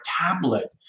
tablet